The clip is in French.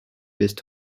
best